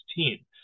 2016